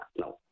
No